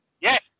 Yes